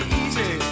easy